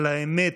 על האמת,